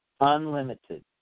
Unlimited